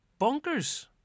bonkers